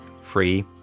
free